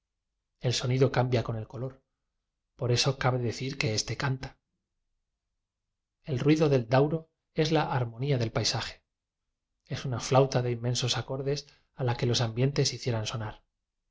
el sonido cambia con el color por eso cabe decir que esfe cania el ruido del dauro es la harmonía del paisaje es una flauía de inmensos acordes a la que los ambienfes hicieran sonar